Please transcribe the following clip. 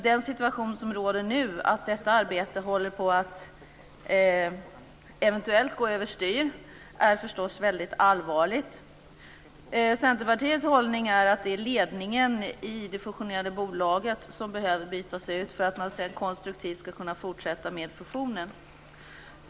Den situation som råder nu, att detta arbete håller på att eventuellt gå över styr, är allvarligt. Centerpartiets hållning är att det är ledningen i det fusionerade bolaget som behöver bytas ut för att man sedan konstruktivt ska kunna fortsätta med fusionen.